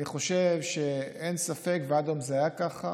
אני חושב שאין ספק, וגם עד היום זה היה ככה,